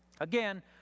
Again